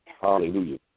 Hallelujah